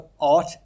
art